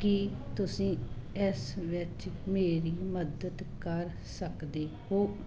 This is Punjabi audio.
ਕੀ ਤੁਸੀਂ ਇਸ ਵਿੱਚ ਮੇਰੀ ਮਦਦ ਕਰ ਸਕਦੇ ਹੋ